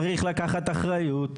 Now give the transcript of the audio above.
צריך לקחת אחריות,